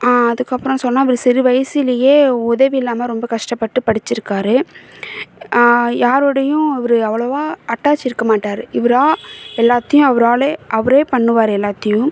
அதுக்கப்புறம் சொன்னால் இவர் சிறுவயசுலையே உதவி இல்லாமல் ரொம்ப கஷ்டப்பட்டு படிச்சிருக்கார் யாரோடையும் இவர் அவ்வளோவா அட்டாச் இருக்க மாட்டார் இவரா எல்லாத்தையும் அவராலே அவரே பண்ணுவார் எல்லாத்தையும்